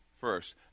first